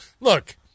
Look